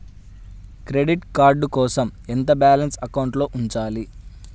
Credit card కోసం ఎంత balance అకౌంట్లో ఉంచాలి?